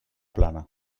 plana